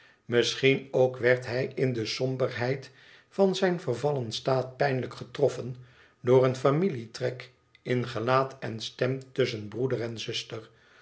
misschien ook werd hij in de somberheid van zijn vervallen staat pijnlijk getroffen door een familie trek in gelaat en stem tusschen broeder en zuster